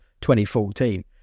2014